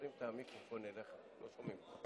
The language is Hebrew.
הצעת החוק לא עברה.